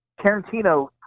Tarantino